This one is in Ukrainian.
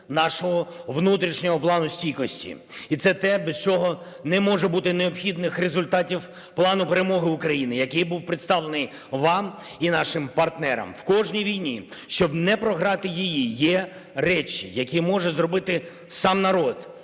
нашого внутрішнього Плану стійкості і це те, без чого не може бути необхідних результатів Плану перемоги України, який був представлений вам і нашим партнерам. В кожній війні, щоб не програти її, є речі, які може зробити сам народ,